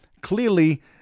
clearly